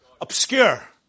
Obscure